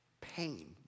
pain